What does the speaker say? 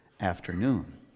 afternoon